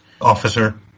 officer